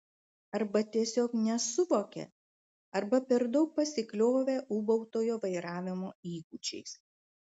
arba tiesiog nesuvokė arba per daug pasikliovė ūbautojo vairavimo įgūdžiais